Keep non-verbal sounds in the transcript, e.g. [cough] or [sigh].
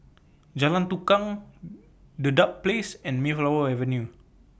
Jalan Tukang [unintelligible] Dedap Place and Mayflower Avenue